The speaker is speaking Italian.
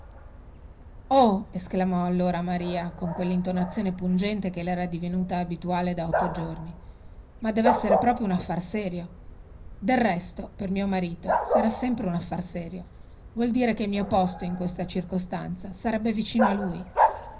esclamò allora maria con quellintonazione pungente che le era divenuta abituale da otto giorni ma devessere proprio un affar serio del resto per mio marito sarà sempre un affar serio vuol dire che il mio posto in questa circostanza sarebbe vicino a lui